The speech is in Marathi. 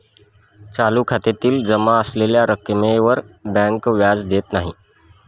चालू खात्यातील जमा असलेल्या रक्कमेवर बँक व्याज देत नाही